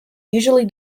usually